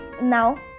now